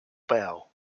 bell